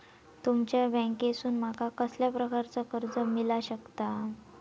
तुमच्या बँकेसून माका कसल्या प्रकारचा कर्ज मिला शकता?